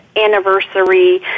anniversary